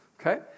Okay